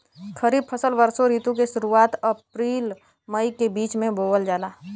खरीफ फसल वषोॅ ऋतु के शुरुआत, अपृल मई के बीच में बोवल जाला